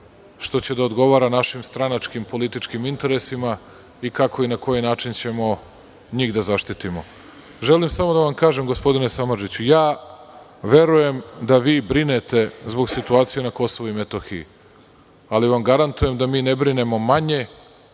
što će da odgovara našim stranačkim, političkim interesima i kako i na koji ćemo njih da zaštitimo. Želim samo da vam kažem gospodine Samardžiću, verujem da vi brinete zbog situacije na Kosovu i Metohiji, ali vam garantujem da mi ne brinemo manje,